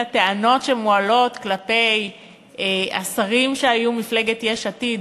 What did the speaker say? לטענות שמועלות כלפי השרים שהיו במפלגת יש עתיד,